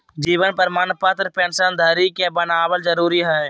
जीवन प्रमाण पत्र पेंशन धरी के बनाबल जरुरी हइ